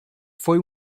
foi